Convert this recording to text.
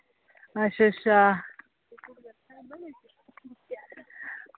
अच्छा अच्छा